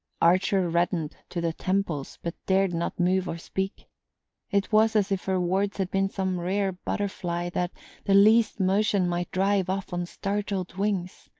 archer reddened to the temples, but dared not move or speak it was as if her words had been some rare butterfly that the least motion might drive off on startled wings,